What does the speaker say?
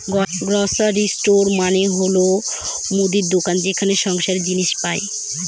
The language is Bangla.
গ্রসারি স্টোর মানে হল মুদির দোকান যেখানে সংসারের জিনিস পাই